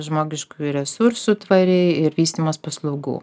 žmogiškųjų resursų tvariai ir vystymas paslaugų